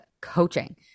coaching